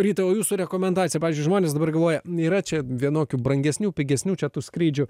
rytai o jūsų rekomendacija pavyzdžiui žmonės dabar galvoja yra čia vienokių brangesnių pigesnių čia tų skrydžių